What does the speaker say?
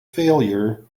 failure